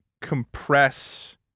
compress